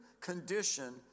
condition